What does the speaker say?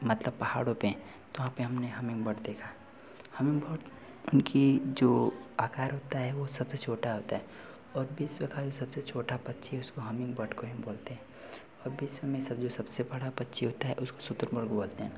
मतलब पहाड़ों पर तो वहाँ पर हमने हमिंग बर्ड देखा हमिंग बर्ड उनकी जो आकार होता है वह सबसे छोटा होता है और विश्व का जो सबसे छोटा पक्षी उसको हमिंग बर्ड को ही बोलते हैं और विश्व में सब जो सबसे बड़ा पक्षी होता है उसको शुतुरमुर्ग़ बोलते हैं